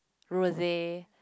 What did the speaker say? rose